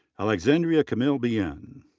alexandria camille bien.